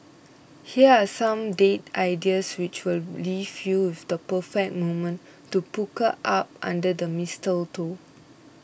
here are some date ideas which will leave you with the perfect moment to pucker up under the mistletoe